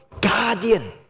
guardian